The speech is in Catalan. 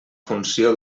funció